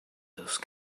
those